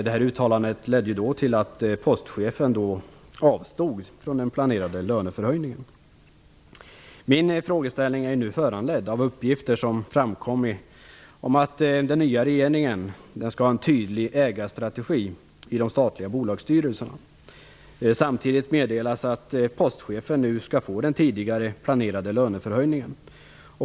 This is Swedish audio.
Detta uttalande ledde till att postchefen avstod från den planerade lönehöjningen. Min frågeställning är föranledd av uppgifter som har framkommit om att den nya regeringen skall ha en tydlig ägarstrategi i de statliga bolagsstyrelserna. Samtidigt meddelas det att postchefen nu skall få den tidigare planerade löneförhöjningen.